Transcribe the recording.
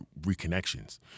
reconnections